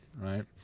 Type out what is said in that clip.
right